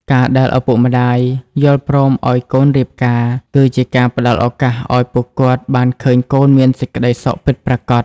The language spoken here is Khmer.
ការដែលឪពុកម្ដាយយល់ព្រមឱ្យកូនរៀបការ គឺជាការផ្ដល់ឱកាសឱ្យពួកគាត់បានឃើញកូនមានសេចក្ដីសុខពិតប្រាកដ។